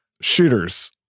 shooters